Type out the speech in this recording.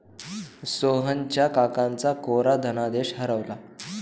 सोहनच्या काकांचा कोरा धनादेश हरवला